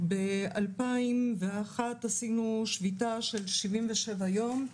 ב-2001 עשינו שביתה של 77 יום,